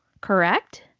correct